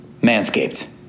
Manscaped